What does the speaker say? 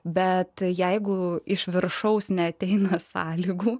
bet jeigu iš viršaus neateina sąlygų